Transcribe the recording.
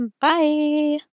Bye